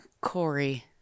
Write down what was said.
Corey